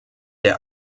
der